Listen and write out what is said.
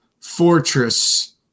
Fortress